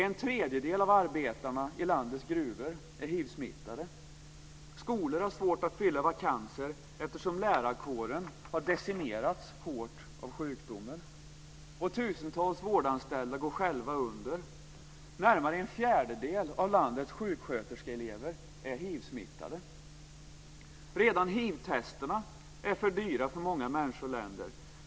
En tredjedel av arbetarna i landets gruvor är hivsmittade. Skolor har svårt att fylla vakanser eftersom lärarkåren har decimerats hårt av sjukdomen. Tusentals vårdanställda går själva under. Närmare en fjärdedel av landets sjuksköterskeelever är hivsmittade. Redan hivtesterna är för dyra för många människor och länder.